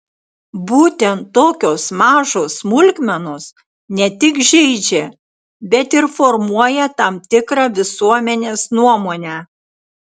būtent tokios mažos smulkmenos ne tik žeidžia bet ir formuoja tam tikrą visuomenės nuomonę